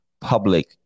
public